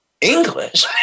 English